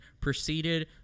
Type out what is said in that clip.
proceeded